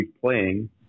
playing